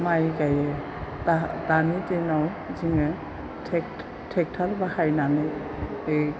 माइ गायो दानि दिनाव जोङो ट्रेक्टर बाहायनानै बे